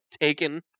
taken